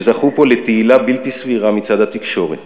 שזכו פה לתהילה בלתי סבירה מצד התקשורת.